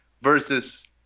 versus